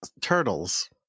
turtles